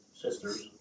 sisters